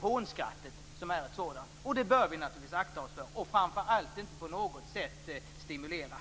hånskrattet är ett sådant. Det bör vi naturligtvis akta oss för och framför allt inte stimulera på något sätt.